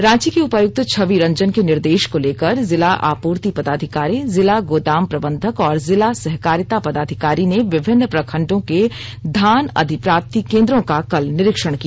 रांची के उपायुक्त छवि रंजन के निर्देश को लेकर जिला आपूर्ति पदाधिकारी जिला गोदाम प्रबंधक और जिला सहकारिता पदाधिकारी ने विभिन्न प्रखंडों के धान अधिप्राप्ति केंद्रों का कल निरीक्षण किया